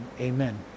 amen